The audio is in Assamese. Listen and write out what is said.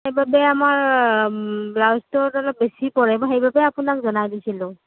সেইবাবে আমাৰ ব্লাউজটোত অলপ বেছি পৰে সেইবাবে আপোনাক জনাই দিছিলোঁ